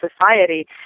society